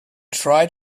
try